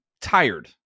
tired